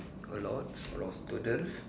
a lot a lot of students